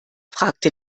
fragte